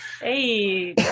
Hey